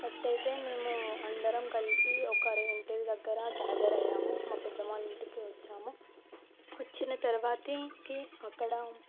first అయితే మేము అందరం కలిసి ఒక ఇంటి దగ్గర గ్యాదర్ అయ్యాము మా పెద్దమ్మ వాళ్ళ ఇంటికి వచ్చాము వచ్చిన తర్వాత అక్కడ